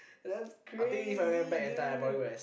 that's crazy dude